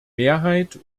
mehrheit